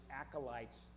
acolytes